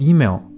Email 。